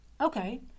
Okay